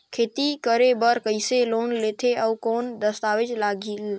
खेती करे बर कइसे लोन लेथे और कौन दस्तावेज लगेल?